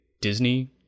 Disney